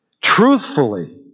truthfully